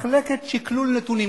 מחלקת שקלול נתונים,